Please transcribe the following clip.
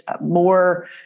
more